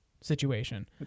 situation